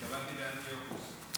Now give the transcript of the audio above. התכוונתי לאנטיוכוס.